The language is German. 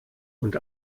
und